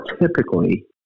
typically